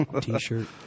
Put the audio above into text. T-shirt